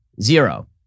zero